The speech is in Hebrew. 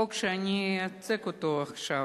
החוק שאני אציג עכשיו,